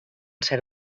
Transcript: ser